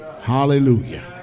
Hallelujah